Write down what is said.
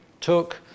took